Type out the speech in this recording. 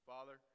Father